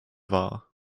war